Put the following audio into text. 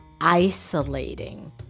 isolating